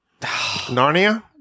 Narnia